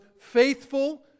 faithful